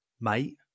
mate